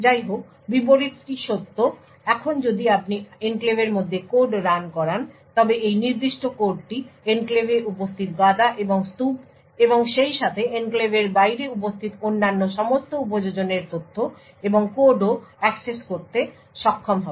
যাইহোক বিপরীতটি সত্য এখন যদি আপনি এনক্লেভের মধ্যে কোড রান করান তবে এই নির্দিষ্ট কোডটি এনক্লেভে উপস্থিত গাদা এবং স্তুপ এবং সেইসাথে এনক্লেভের বাইরে উপস্থিত অন্যান্য সমস্ত উপযোজনের তথ্য এবং কোডও অ্যাক্সেস করতে সক্ষম হবে